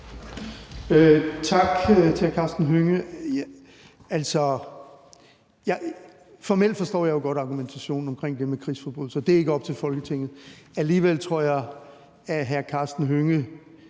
Tak til hr. Karsten Hønge. Altså, formelt forstår jeg jo godt argumentationen omkring det med krigsforbrydelser – det er ikke op til Folketinget. Alligevel tror jeg, at hr. Karsten Hønge